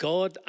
God